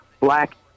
black